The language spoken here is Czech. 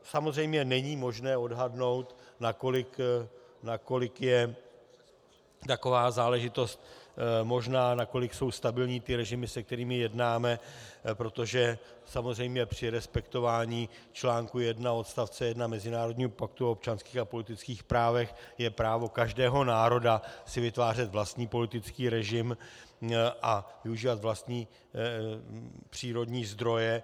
Samozřejmě není možné odhadnout, nakolik je taková záležitost možná, nakolik jsou stabilní ty režimy, se kterými jednáme, protože samozřejmě při respektování čl. 1 odst. 1 Mezinárodního paktu o občanských a politických právech je právo každého národa si vytvářet vlastní politický režim a využívat vlastní přírodní zdroje.